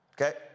Okay